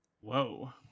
Whoa